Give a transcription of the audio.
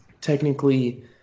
technically